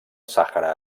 sàhara